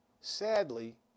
Sadly